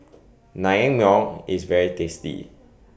Naengmyeon IS very tasty